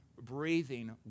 breathing